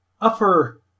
upper